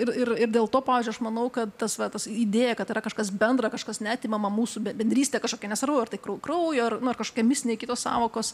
ir ir ir dėl to pavyzdžiui aš manau kad tas va tas idėja kad yra kažkas bendra kažkas neatimama mūsų bendrystė kažkokia nesvarbu ar tai krau kraujo na ar kažkokia mistinė kitos sąvokos